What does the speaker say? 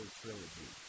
trilogy